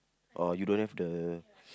oh you don't have the